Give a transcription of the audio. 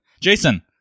Jason